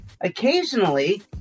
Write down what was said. Occasionally